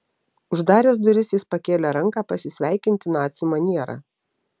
uždaręs duris jis pakėlė ranką pasisveikinti nacių maniera